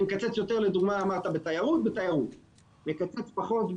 מקצץ יותר בתיירות ומקצץ פחות ברווחה,